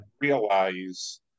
realize